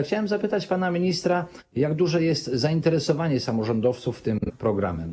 Chciałem więc zapytać pana ministra, jak duże jest zainteresowanie samorządowców tym programem.